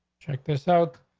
check this out.